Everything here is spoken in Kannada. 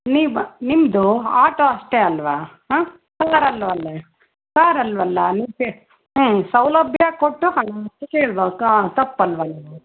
ನೀವು ನಿಮ್ಮದು ಆಟೋ ಅಷ್ಟೇ ಅಲ್ವಾ ಹಾಂ ಕಾರಲ್ವಲ್ಲ ಕಾರಲ್ವಲ್ಲ ಹ್ಞೂ ಸೌಲಭ್ಯ ಕೊಟ್ಟು ಕೇಳಬೇಕಾ ತಪ್ಪಲ್ವಾ ನೀವು